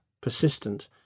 persistent